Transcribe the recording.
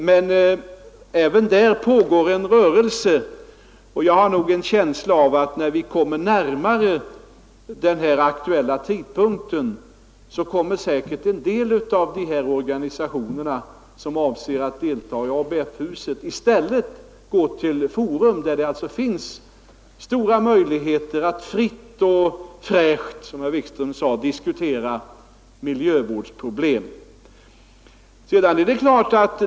Men även där pågår en rörelse, och jag har nog en känsla av att när vi kommer närmare den aktuella tidpunkten, kommer säkerligen en del av de organisationer, som avser att delta i ABF-huset, att i stället gå till Miljöforum, där det alltså finns stora möjligheter att fritt och ”fräscht” som herr Wikström sade diskutera miljövårdsproblem.